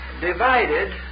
divided